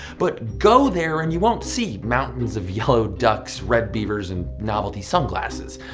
but go there and you won't see mountains of yellow ducks, red beavers, and novelty sunglasses.